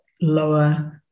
lower